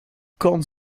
cornes